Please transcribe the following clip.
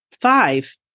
five